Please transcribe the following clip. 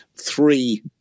three